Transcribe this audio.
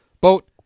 Boat